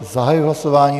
Zahajuji hlasování.